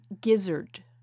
gizzard